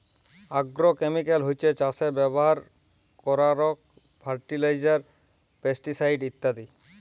agrochemical হছ্যে চাসে ব্যবহার করারক ফার্টিলাইজার, পেস্টিসাইড ইত্যাদি